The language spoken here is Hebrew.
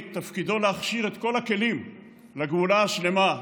תפקידו להכשיר את כל הכלים לגאולה השלמה,